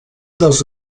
dels